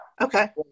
Okay